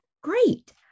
Great